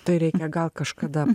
tai reikia gal kažkada